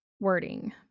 wording